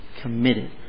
committed